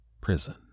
prison